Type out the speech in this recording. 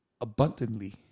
abundantly